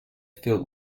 filled